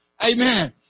Amen